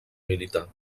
militar